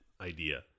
idea